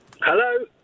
Hello